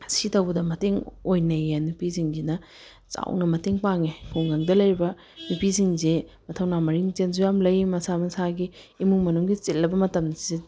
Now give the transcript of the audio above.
ꯁꯤ ꯇꯧꯕꯗ ꯃꯇꯦꯡ ꯑꯣꯏꯅꯩꯌꯦ ꯅꯨꯄꯤꯁꯤꯡꯁꯤꯅ ꯆꯥꯎꯅ ꯃꯇꯦꯡ ꯄꯥꯡꯉꯦ ꯈꯨꯡꯒꯪꯗ ꯂꯩꯔꯤꯕ ꯅꯨꯄꯤꯁꯤꯡꯁꯦ ꯃꯊꯧꯅꯥ ꯃꯔꯤꯡꯖꯦꯟꯁꯨ ꯌꯥꯝ ꯂꯩ ꯃꯁꯥ ꯃꯁꯥꯒꯤ ꯏꯃꯨꯡ ꯃꯅꯨꯡꯒꯤ ꯆꯤꯜꯂꯕ ꯃꯇꯝꯁꯤ